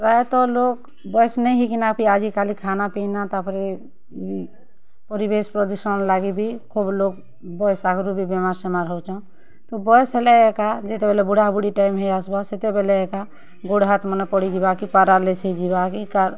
ପ୍ରାୟତଃ ଲୋକ୍ ବୟସ୍ ନେଇଁ ହେଇ କିନା ବି ଆଜିକାଲି ଖାନା ପିନା ତା'ପରେ ପରିବେଶ୍ ପ୍ରଦୂଷଣ୍ ଲାଗି ବି ସବୁ ଲୋକ୍ ବୟସ୍ ଆଗୁରୁ ବି ବେମାର୍ ସେମାର୍ ହଉଛନ୍ ତ ବୟସ୍ ହେଲେ ଏକା ଯେତେବେଲେ ବୁଢ଼ା ବୁଢ଼ି ଟାଇମ୍ ହେଇ ଆସ୍ବା ସେତେବେଲେ ଏକା ଗୋଡ୍ ହାତ୍ ମାନେ ପଡ଼ିଯିବା କି ପାରାଲିସ୍ ହେଇଯିବା କି କାର୍